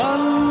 One